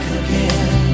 again